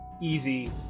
easy